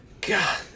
God